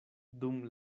dum